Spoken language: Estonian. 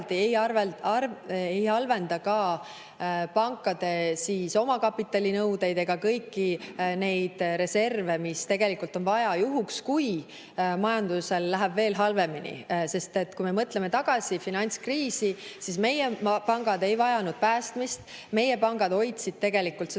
ei [kahjusta] ka pankade omakapitalinõudeid ega kõiki neid reserve, mida tegelikult on vaja juhuks, kui majandusel läheb veel halvemini. Kui me mõtleme tagasi finantskriisile, siis meie pangad ei vajanud päästmist. Meie pangad hoidsid tegelikult seda